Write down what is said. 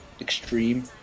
extreme